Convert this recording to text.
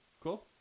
Cool